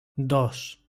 dos